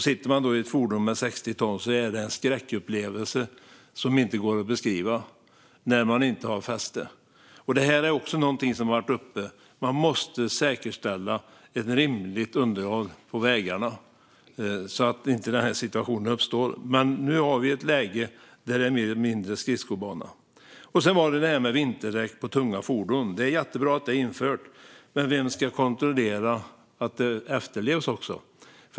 Sitter man i ett fordon med 60 ton och man inte har fäste är det en skräckupplevelse som inte går att beskriva. Detta är också någonting som har tagits upp. Man måste säkerställa ett rimligt underhåll på vägarna, så att denna situation inte uppstår. Men nu har vi ett läge där det mer eller mindre är skridskobana. Sedan var det detta med vinterdäck på tunga fordon. Det är jättebra att det har införts krav på det. Men vem ska kontrollera att det efterlevs också?